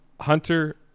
Hunter